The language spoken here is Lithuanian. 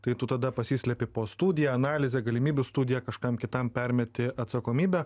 tai tu tada pasislepi po studiją analizę galimybių studiją kažkam kitam permeti atsakomybę